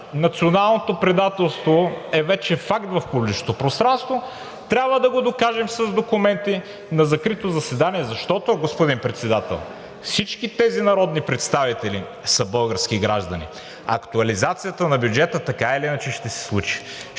Националното предателство е вече факт в публичното пространство, трябва да го докажем с документи на закрито заседание, защото, господин Председател, всички тези народни представители са български граждани, а актуализацията на бюджета така или иначе ще се случи